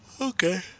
Okay